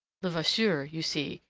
levasseur, you see,